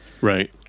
Right